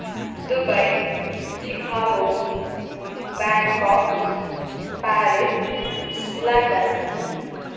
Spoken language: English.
Dubai Chicago Bangkok Paris London